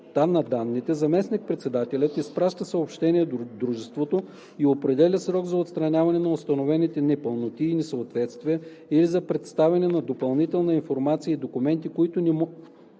на данните, заместник-председателят изпраща съобщение до дружеството и определя срок за отстраняване на установените непълноти и несъответствия или за представяне на допълнителна информация и документи, който не може